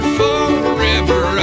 forever